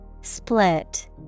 Split